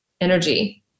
energy